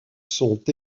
sont